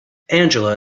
angela